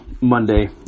Monday